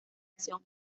acción